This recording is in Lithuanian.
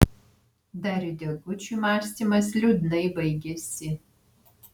dariui degučiui mąstymas liūdnai baigėsi